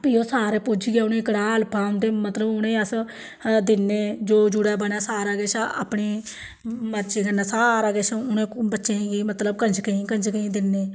भी ओह् सारे पूजियै उ'नें गी कड़ाह् उं'दे मतलब उ'नें गी अस दिन्नें जो जुड़ै बनै सारा किश अपनी मर्जी कन्नै सारा किश उ'नें बच्चें गी मतलब कंजकें गी कंजकें गी दिन्नें